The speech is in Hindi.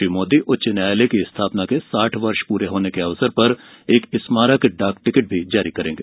श्री मोदी उच्च न्यायालय की स्थापना के साठ वर्ष पूरे होने के अवसर पर एक स्मारक डाक टिकट भी जारी करेंगे